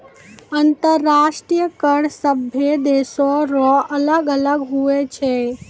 अंतर्राष्ट्रीय कर सभे देसो रो अलग अलग हुवै छै